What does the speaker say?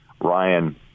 Ryan